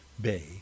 Bay